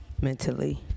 mentally